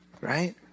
Right